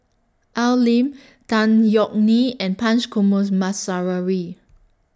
Al Lim Tan Yeok Nee and Punch